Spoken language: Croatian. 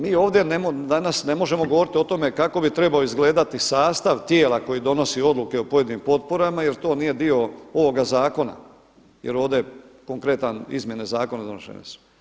Mi ovdje danas ne možemo govoriti o tome kako bi trebao izgledati sastav tijela koje donosi odluke o pojedinim potporama jer to nije dio ovoga zakona jer ovdje je konkretan izmjene zakona donešene su.